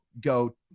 go